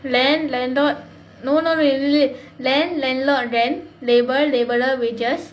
land landlord no not really land landlord then labour labourer wages